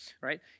right